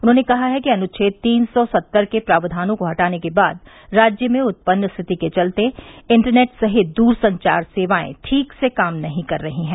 उन्होंने कहा है कि अनुच्छेद तीन सौ सत्तर के प्रावधानों के हटाने के बाद राज्य में उत्पन्न स्थिति के चलते इंटरनेंट सहित दूरसंचार सेवाएं ठीक से काम नहीं कर रही हैं